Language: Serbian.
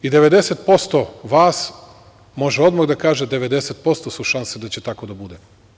I 90% vas može odmah da kaže, 90% su šanse da će tako da bude.